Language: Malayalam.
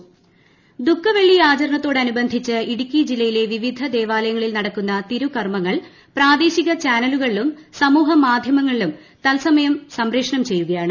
ഇടുക്കി ഇൻട്രോ ദുഖവെള്ളി ആചരണത്തോടനുബന്ധിച്ച് ഇടുക്കി ജില്ലയിലെ വിവിധ ദേവാലയങ്ങളിൽ നടക്കുന്ന തിരുകർമ്മങ്ങൾ പ്രാദേശിക ചാനലുകളിലും സമൂഹ മാധ്യമങ്ങളിലും തത്സമയം സംപ്രേഷണം ചെയ്യുകയാണ്